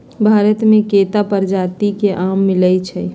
भारत मे केत्ता परजाति के आम मिलई छई